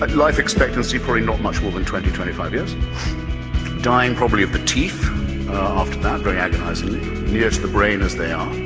ah life expectancy for not much more than twenty twenty-five years dying property of the teeth after that very organized early nears the brain as they are